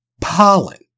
pollen